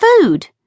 Food